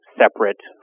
separate